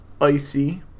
icy